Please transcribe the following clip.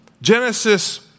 Genesis